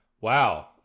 wow